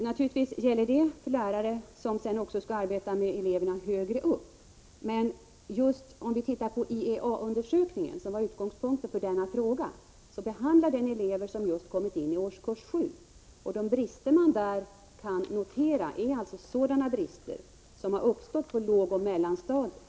Naturligtvis gäller detta även för lärare som skall arbeta med eleverna högre upp, men just IEA-undersökningen, som ju var utgångspunkten för den ställda frågan, behandlar elever som just kommit in i årskurs 7. De brister man där kan notera är alltså sådana brister som har uppstått på lågoch mellanstadiet.